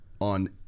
on